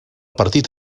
partit